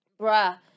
Bruh